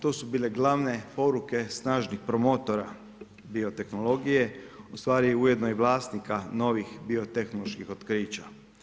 To su bile glavne poruke snažnih promotora biotehnologije, ustvari ujedno i vlasnika novih biotehnoloških otkrića.